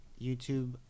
YouTube